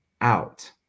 out